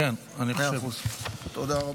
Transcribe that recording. תודה רבה.